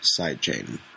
sidechain